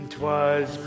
T'was